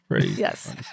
yes